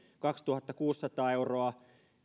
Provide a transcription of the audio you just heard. kaksituhattakuusisataa euroa